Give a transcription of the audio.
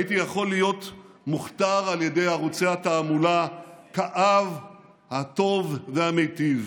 הייתי יכול להיות מוכתר על ידי ערוצי התעמולה כאב הטוב והמיטיב,